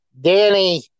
Danny